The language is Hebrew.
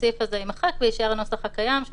הסעיף הזה יימחק ויישאר הנוסח הקיים שהוא